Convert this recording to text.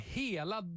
hela